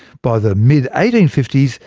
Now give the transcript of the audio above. by the mid eighteen fifty s,